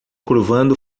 curvando